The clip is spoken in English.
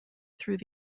through